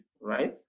Right